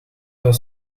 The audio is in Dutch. wel